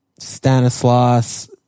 Stanislas